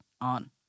on